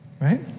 right